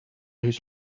his